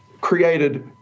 created